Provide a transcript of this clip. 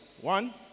One